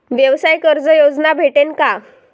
व्यवसाय कर्ज योजना भेटेन का?